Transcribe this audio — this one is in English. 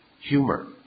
humor